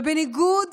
ובניגוד